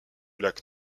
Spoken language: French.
lac